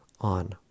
on